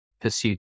pursuit